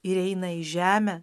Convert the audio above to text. ir eina į žemę